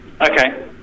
Okay